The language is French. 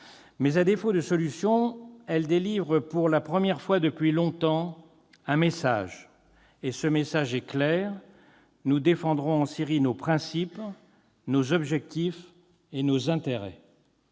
Mais à défaut de solution, elles délivrent, pour la première fois depuis longtemps, un message. Et ce message est clair : nous défendrons en Syrie nos principes, nos objectifs et nos intérêts.